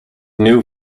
new